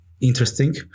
interesting